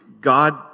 God